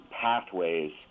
pathways